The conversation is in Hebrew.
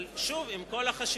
אבל שוב, עם כל החשיבות